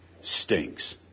stinks